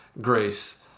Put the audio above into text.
grace